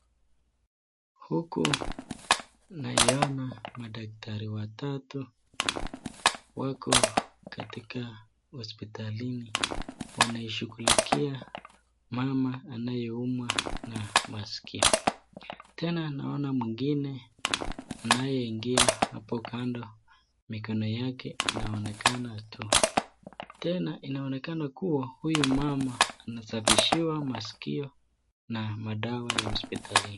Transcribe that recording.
Huku naiona madaktari watatu wako katika hospitalini, wanamshughulikia mama anayeumwa na masikio na tena naona mwingine anayeingia hapo kando mikono yake inaonekana tu. Tena inaonekana kuwa huyu mama anasafishiwa masikio na madawa ya hospitalini.